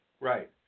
Right